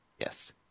Yes